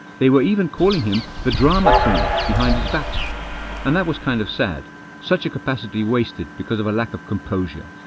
they were even calling him the drama queen behind his back and that was kind of sad such a capacity wasted because of the lack of composure.